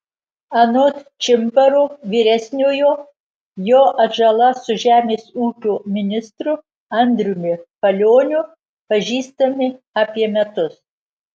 anot čimbaro vyresniojo jo atžala su žemės ūkio ministru andriumi palioniu pažįstami apie metus